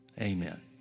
amen